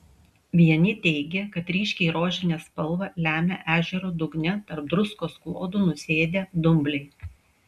vieni teigė kad ryškiai rožinę spalvą lemia ežero dugne tarp druskos klodų nusėdę dumbliai